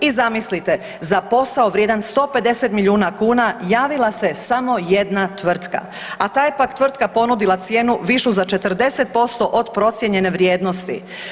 I zamislite za posao vrijedan 150 milijuna kuna javila se samo jedna tvrtka, a ta je pak tvrtka ponudila cijenu višu za 40% od procijenjene vrijednosti.